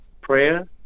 prayer